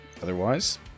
Otherwise